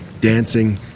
dancing